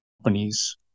companies